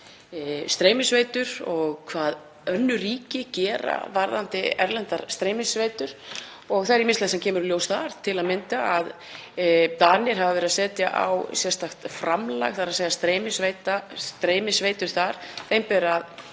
streymisveitur og hvað önnur ríki gera varðandi erlendar streymisveitur. Það er ýmislegt sem kemur í ljós þar, til að mynda að Danir hafa verið að setja á sérstakt framlag. Streymisveitum þar ber að